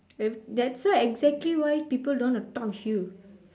every that's why exactly why people don't want to talk with you